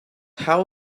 how